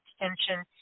extension